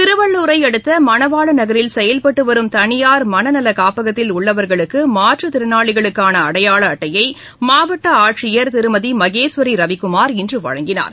திருவள்ளுரையடுத்த மணவாளநகரில் செயல்பட்டு வரும் தளியார் மனநல காப்பக்கத்தில் உள்ளவர்களுக்கு மாற்றுத்திறனாளிகளுக்கான அடையாள அட்டையை மாவட்ட ஆட்சியர் திருமதி மகேஸ்வரி ரவிக்குமார் இன்று வழங்கினார்